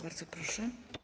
Bardzo proszę.